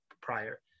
Prior